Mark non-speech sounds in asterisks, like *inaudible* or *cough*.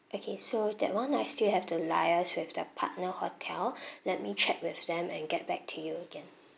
okay so that [one] I still have to liaise with the partner hotel *breath* let me check with them and get back to you again